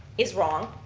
is wrong,